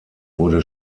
wurde